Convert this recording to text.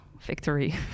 victory